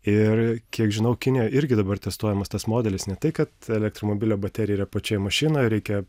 ir kiek žinau kinijoj irgi dabar testuojamas tas modelis ne tai kad elektromobilio baterija yra pačioj mašinoj reikia